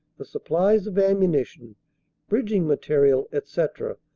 the supplies of ammunition, bridging material, etc,